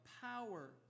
power